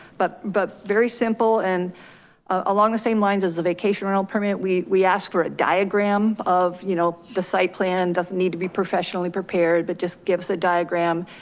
but but very simple and along the same lines as a vacation rental permit. we we asked for a diagram of you know the site plan, doesn't need to be professionally prepared, but just give us a diagram.